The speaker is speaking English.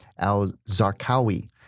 al-Zarqawi